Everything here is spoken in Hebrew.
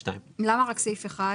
2022). למה רק סעיף 1?